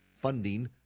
funding